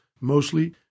mostly